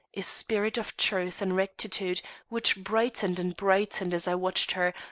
a spirit of truth and rectitude which brightened and brightened as i watched her,